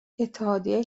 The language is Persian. اتحادیه